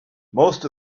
most